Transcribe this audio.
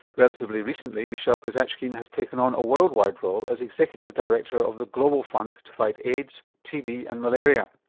relatively recently michel kazatchkine has taken on a worldwide role as executive director of the global fund to fight aids, tb and malaria.